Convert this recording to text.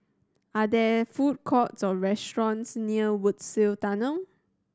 are there food courts or restaurants near Woodsville Tunnel